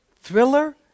Thriller